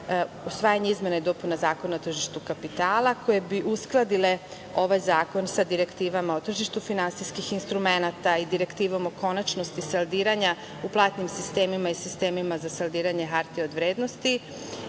usvajanje izmena i dopuna Zakona o tržištu kapitala, koje bi uskladile ovaj zakon sa direktivama o tržištu finansijskih instrumenata i direktivom o konačnosti saldiranja u platnim sistemima i sistemima za saldiranje HOV.Takođe se